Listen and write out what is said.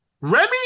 Remy